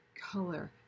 color